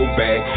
back